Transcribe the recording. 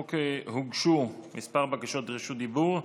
לחוק הוגשו כמה בקשות רשות דיבור.